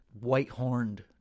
white-horned